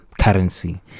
currency